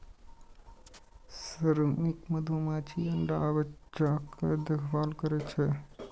श्रमिक मधुमाछी अंडा आ बच्चाक देखभाल करै छै